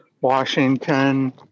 Washington